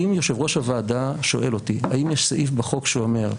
אם יושב-ראש הוועדה שואל אותי האם יש סעיף בחוק שאומר,